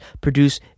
produce